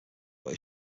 but